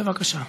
בבקשה.